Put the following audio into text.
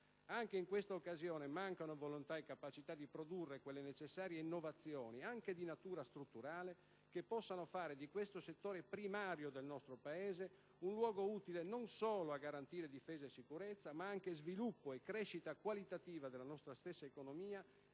Anche in questa occasione, mancano volontà e capacità di produrre quelle necessarie innovazioni, anche di natura strutturale, che possano fare di questo settore primario del nostro Paese un luogo utile non solo a garantire difesa e sicurezza, ma anche sviluppo e crescita qualitativa della nostra stessa economia